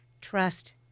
trust